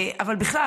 אבל בכלל,